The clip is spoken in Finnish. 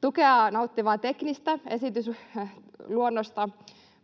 tukea nauttivaa teknistä esitysluonnosta,